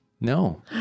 No